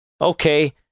Okay